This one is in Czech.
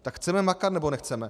Tak chceme makat, nebo nechceme?